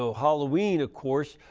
so halloween, of course,